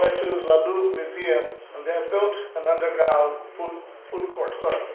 the louvre museum built an underground food food court so